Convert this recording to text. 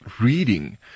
reading